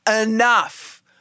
Enough